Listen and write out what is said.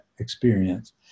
experience